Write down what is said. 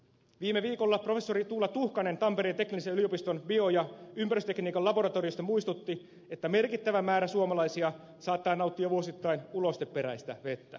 viime viikolla professori tuula tuhkanen tampereen teknillisen yliopiston bio ja ympäristötekniikan laboratoriosta muistutti että merkittävä määrä suomalaisia saattaa nauttia vuosittain ulosteperäistä vettä